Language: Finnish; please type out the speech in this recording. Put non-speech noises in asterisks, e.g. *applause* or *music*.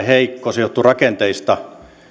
*unintelligible* heikko se johtuu rakenteista